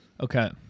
Okay